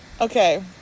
Okay